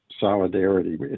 solidarity